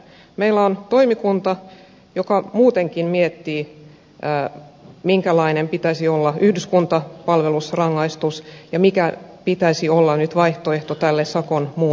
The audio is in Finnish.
meillä on toimikunta joka muutenkin miettii minkälainen yhdyskuntapalvelurangaistuksen pitäisi olla ja mikä pitäisi olla nyt vaihtoehto tälle sakon muunnolle